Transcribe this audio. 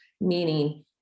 meaning